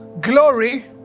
glory